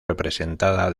representada